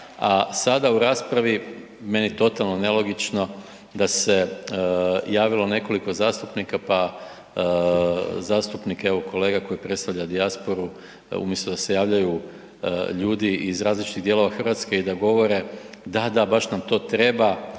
a sada u raspravi meni totalno nelogično da se javilo nekoliko zastupnika pa zastupnik evo kolega koji predstavlja dijasporu umjesto da se javljaju ljudi iz različitih dijelova Hrvatske i da govore, da, da, baš nam to treba